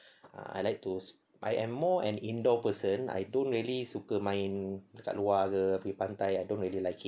ah I like to I am more an indoor person I don't really suka main dekat luar ke pergi pantai I don't really like it